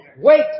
wait